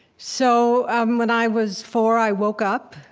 so um when i was four, i woke up,